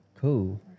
Cool